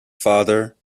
father